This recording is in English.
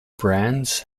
brands